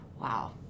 Wow